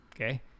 Okay